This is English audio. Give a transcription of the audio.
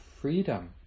freedom